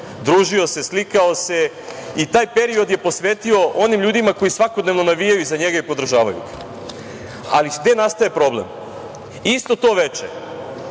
družio se, slikao se i taj period je posvetio onim ljudima koji svakodnevno navijaju za njega i podržavaju ga. Gde nastaje problem? Isto to veče